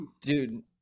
dude